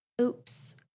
oops